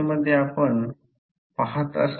म्हणून आणि उष्णतेच्या स्वरूपात दिसतात